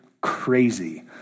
crazy